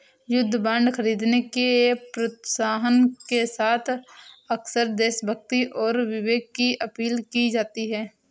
युद्ध बांड खरीदने के प्रोत्साहन के साथ अक्सर देशभक्ति और विवेक की अपील की जाती है